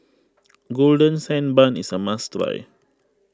Golden Sand Bun is a must try